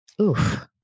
Oof